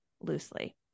loosely